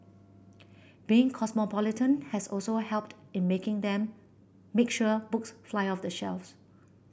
being cosmopolitan has also helped in making them make sure books fly off the shelves